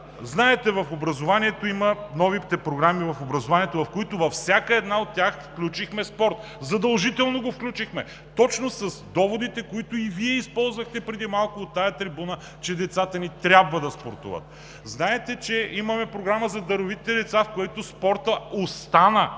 Знаете, в образованието има нови програми, във всяка една от които включихме спорт. Задължително го включихме, точно с доводите, които и Вие използвахте преди малко от тази трибуна, че децата ни трябва да спортуват. Знаете, че имаме Програма за даровитите деца, в която спортът остана